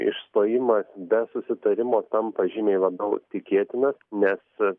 išstojimas be susitarimo tampa žymiai labiau tikėtinas nes